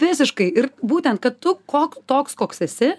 visiškai ir būtent kad tu kok toks koks esi